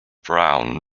brown